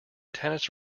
tennis